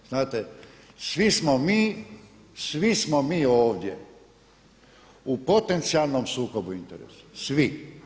Znate, svi smo mi ovdje u potencijalnom sukobu interesa, svi.